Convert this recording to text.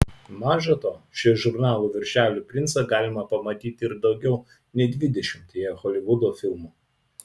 maža to šį žurnalų viršelių princą galima pamatyti ir daugiau nei dvidešimtyje holivudo filmų